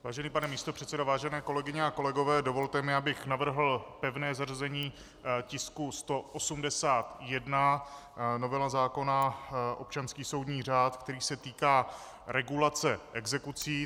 Vážený pane místopředsedo, vážené kolegyně a kolegové, dovolte mi, abych navrhl pevné zařazení tisku 181, novela zákona občanský soudní řád, který se týká regulace exekucí.